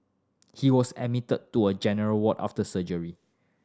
he was admitted to a general ward after surgery